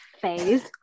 phase